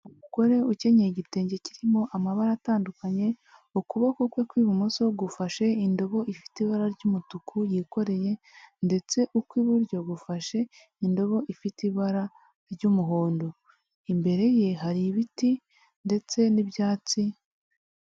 Umugore ukenyeye igitenge kirimo amabara atandukanye, ukuboko kwe kw'ibumoso gufashe indobo ifite ibara ry'umutuku yikoreye ndetse ukw'iburyo gufashe indobo ifite ibara ry'umuhondo, imbere ye hari ibiti ndetse n'ibyatsi.